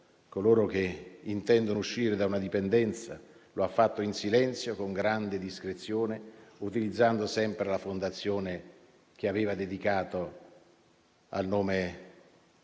coloro che intendono uscire da una dipendenza. Lo ha fatto in silenzio e con grande discrezione, utilizzando sempre la fondazione che aveva costituito nel nome del